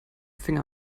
finger